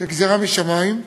כגזירה משמים,